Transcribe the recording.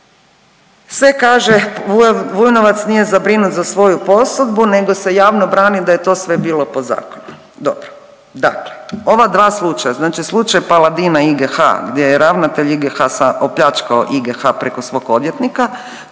Sve kaže Vujnovac nije zabrinut za svoju posudbu nego se javno brani da je to bilo po zakonu.